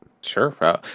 sure